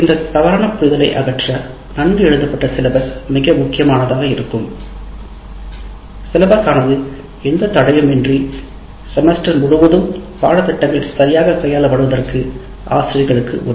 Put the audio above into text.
இந்த தவறான புரிதலை அகற்ற நன்கு எழுதப்பட்ட பாடத்திட்டம் மிக முக்கியமானதாக இருக்கும் சிலபஸ் ஆனது செமஸ்டர் முழுவதும் பாடத்திட்டங்கள் சரியாக கையாள படுவதற்கு ஆசிரியர்களுக்கு உதவும்